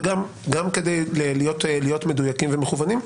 וגם כדי להיות מדויקים ומכוונים,